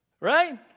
right